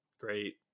great